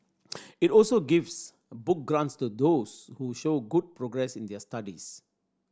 it also gives book grants to those who show good progress in their studies